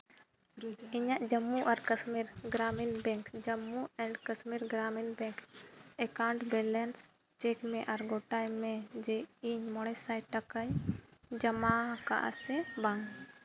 ᱤᱧᱟᱹᱜ ᱡᱟᱢᱢᱩ ᱟᱨ Kashmir Gramin bank Jammu and Kashmir Gramin bank account balance check ᱢᱮ ᱟᱨ ᱜᱚᱴᱟᱭ ᱢᱮ ᱡᱮ ᱤᱧ ᱢᱚᱬᱮ ᱥᱟᱭ ᱴᱟᱠᱟᱧ ᱡᱚᱢᱟ ᱟᱠᱟᱜᱼᱟ ᱥᱮ ᱵᱟᱝ